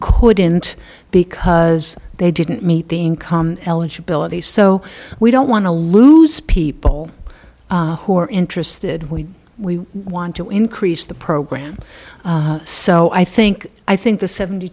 couldn't because they didn't meet the income eligibility so we don't want to lose people who are interested when we want to increase the program so i think i think the seventy